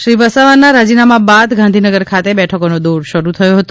શ્રી વસાવાના રાજીનામા બાદ ગાંધીનગર ખાતે બેઠકનો દોર શરૂ થયો હતો